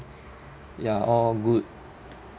ya all good